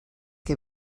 que